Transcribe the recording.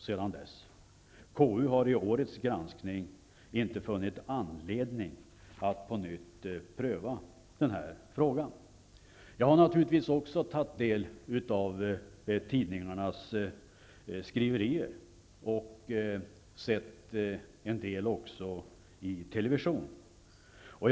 Konstitutionsutskottet har i årets granskning inte funnit anledning att på nytt pröva denna fråga. Jag har naturligtvis också tagit del av tidningarnas skriverier och också sett en del i televisionen.